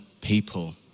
people